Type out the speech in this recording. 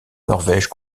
norvège